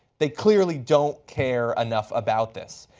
they clearly don't care enough about this.